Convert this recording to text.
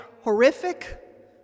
horrific